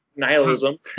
nihilism